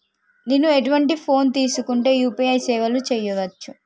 నేను ఎటువంటి ఫోన్ తీసుకుంటే యూ.పీ.ఐ సేవలు చేయవచ్చు?